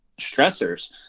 stressors